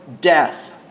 death